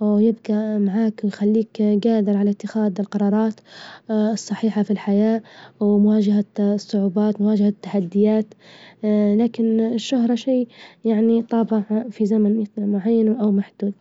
ويبجى معاك ويخليك جادر على اتخاذ الجرارات الصحيحة في الحياة، ومواجهة الصعوبات مواجهة التحديات، لكن الشهرة شي يعني طابع في زمن معين أومحدود.